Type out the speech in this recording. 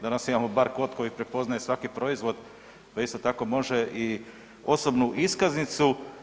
Danas imamo bar kod koji prepoznaje svaki proizvod, pa isto tako može i osobnu iskaznicu.